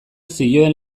zioen